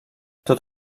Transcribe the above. tot